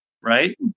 right